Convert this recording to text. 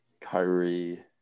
Kyrie